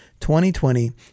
2020